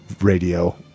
radio